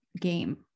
game